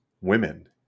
women